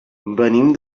venim